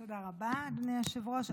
תודה רבה, אדוני היושב-ראש.